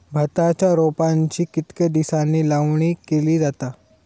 भाताच्या रोपांची कितके दिसांनी लावणी केली जाता?